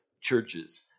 churches